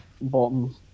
bottom